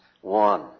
one